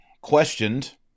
questioned